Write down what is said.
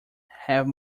have